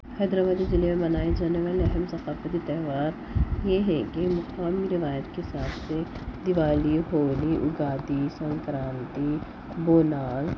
حیدر آبادی ضلعے میں منائے جانے والے اہم ثقافتی تہوار یہ ہیں کہ مقامی روایت کے حساب سے دیوالی ہولی اُگادی سنکرانتی بونال